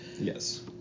Yes